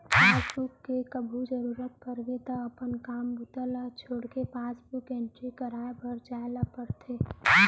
passbook के कभू जरूरत परगे त अपन काम बूता ल छोड़के पासबुक एंटरी कराए बर जाए ल परथे